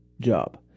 job